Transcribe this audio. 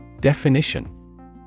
Definition